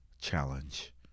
challenge